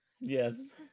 Yes